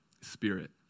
spirit